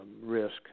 risk